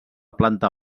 planta